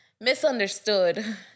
misunderstood